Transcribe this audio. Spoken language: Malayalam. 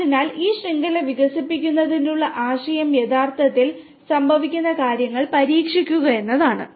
അതിനാൽ ഈ ശൃംഖല വികസിപ്പിക്കുന്നതിനുള്ള ആശയം യഥാർത്ഥത്തിൽ സംഭവിക്കുന്ന കാര്യങ്ങൾ പരീക്ഷിക്കുക എന്നതാണ്